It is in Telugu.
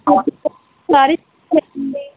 సారీ